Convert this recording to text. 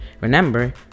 Remember